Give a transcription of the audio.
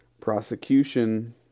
prosecution